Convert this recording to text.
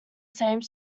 same